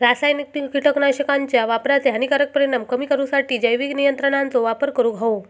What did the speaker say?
रासायनिक कीटकनाशकांच्या वापराचे हानिकारक परिणाम कमी करूसाठी जैविक नियंत्रणांचो वापर करूंक हवो